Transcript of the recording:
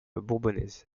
bourbonnaise